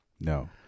No